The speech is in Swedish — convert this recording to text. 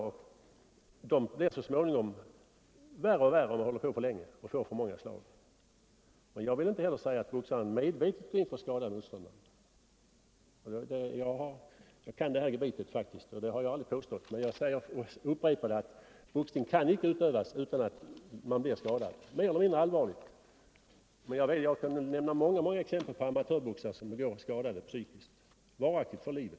Dessa skador blir så småningom allt allvarligare om man får för många slag. Jag vill dock inte säga att boxaren medvetet går in för att skada motståndaren, det vill jag upprepa. Jag kan det här gebitet. Men boxning kan inte utövas utan att man blir mer eller mindre allvarligt skadad. Jag kan nämna många exempel på amatörboxare som blivit psykiskt skadade för livet.